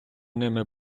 ними